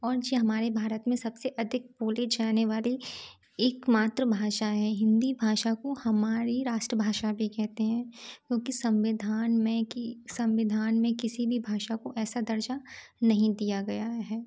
और यह हमारे भारत में सबसे अधिक बोली जाने वाली एकमात्र भाषा हैं हिन्दी भाषा को हमारी राष्ट्रभाषा भी कहते है क्योंकि संविधान में कि संविधान में किसी भी भाषा को ऐसा दर्जा नहीं दिया गया है